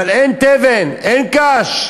אבל אין תבן, אין קש.